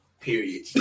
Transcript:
Period